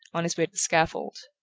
on his way to the scaffold.